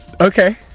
okay